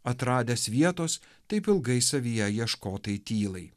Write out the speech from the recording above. atradęs vietos taip ilgai savyje ieškotai tylai